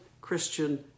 Christian